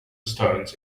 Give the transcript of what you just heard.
stones